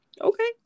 okay